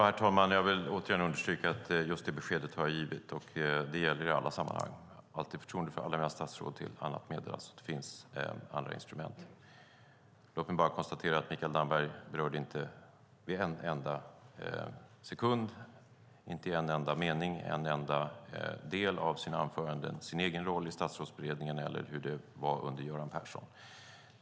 Herr talman! Jag vill återigen understryka att jag har givit just det beskedet, och det gäller i alla sammanhang. Jag har alltid förtroende för alla mina statsråd tills annat meddelas. Det finns andra instrument. Låt mig bara konstatera att Mikael Damberg inte en enda sekund, inte med en enda mening och inte i en enda del av sina anföranden berörde sin egen roll i statsrådsberedningen eller hur det var under Göran Persson.